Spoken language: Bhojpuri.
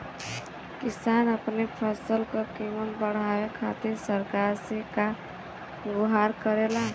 किसान अपने फसल क कीमत बढ़ावे खातिर सरकार से का गुहार करेला?